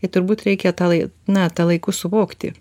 ir turbūt reikia tą lai na tą laiku suvokti